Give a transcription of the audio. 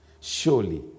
surely